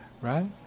right